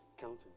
counting